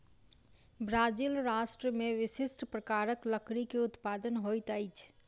Brazil राष्ट्र में विशिष्ठ प्रकारक लकड़ी के उत्पादन होइत अछि